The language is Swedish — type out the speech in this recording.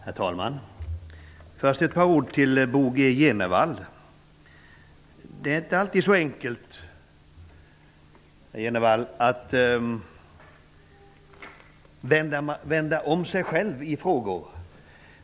Herr talman! Jag vill först säga ett par ord till Bo G Jenevall. Det är inte alltid så enkelt att vända om sig själv i frågor.